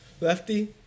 Lefty